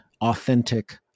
authentic